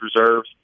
reserves